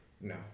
No